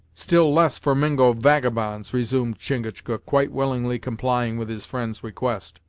still less for mingo vagabonds, resumed chingachgook, quite willingly complying with his friend's request.